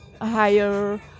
higher